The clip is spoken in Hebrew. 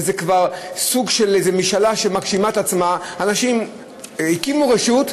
וזה כבר סוג של איזו משאלה שמגשימה את עצמה: אנשים הקימו רשות,